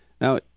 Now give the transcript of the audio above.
Now